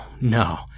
no